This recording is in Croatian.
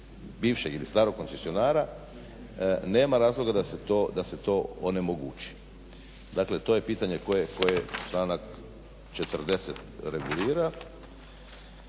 bivšeg ili starog koncesionara. Nema razloga da se to onemogući. Dakle, to je pitanje koje članak 40. regulira.